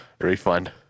Refund